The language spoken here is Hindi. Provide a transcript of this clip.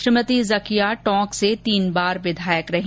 श्रीमती ज़किया टोंक से तीन बार विधायक रहीं